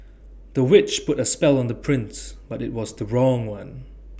the witch put A spell on the prince but IT was the wrong one